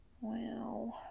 Wow